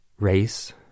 race